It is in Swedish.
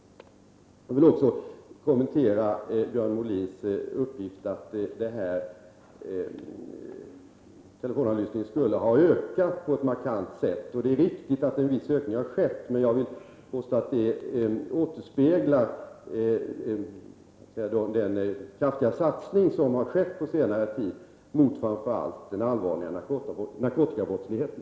Jag vill också kommentera Björn Molins uppgift att avlyssningen skulle ha ökat på ett markant sätt. Det är riktigt att en viss ökning skett, men jag vill påstå att det återspeglar den kraftiga satsning som på senare tid skett då det gäller framför allt den allvarliga narkotikabrottsligheten.